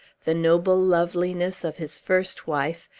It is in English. the noble loveliness of his first wife,